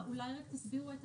הגדרה, אולי רק תסבירו את